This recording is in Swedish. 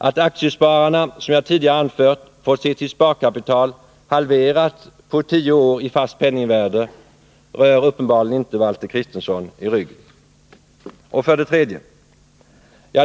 Att aktiespararna, som jag tidigare anfört, fått se sitt sparkapitali fast penningvärde halverat på tio år, rör Valter Kristenson uppenbarligen inte i ryggen. 3.